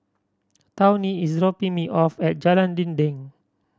Tawny is dropping me off at Jalan Dinding